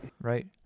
Right